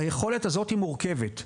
היכולת הזאת מורכבת.